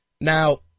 Now